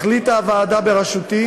החליטה הוועדה בראשותי,